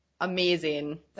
amazing